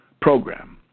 program